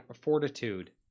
fortitude